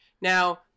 now